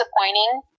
disappointing